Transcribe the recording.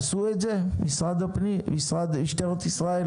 עשו את זה, משטרת ישראל,